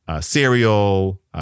cereal